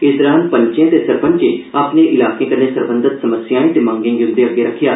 इस दौरान पंचें ते सरपंचें अपने इलाकें कन्नै सरकंघत समस्याएं ते मंगें गी उंदे अग्गे रक्खेआ